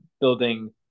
building